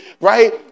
right